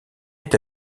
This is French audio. est